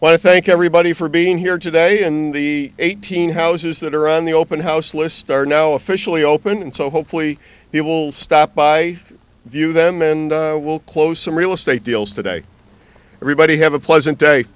well i thank everybody for being here today and the eighteen houses that are on the open house list are now officially open so hopefully you will stop by view then we'll close some real estate deals today everybody have a pleasant day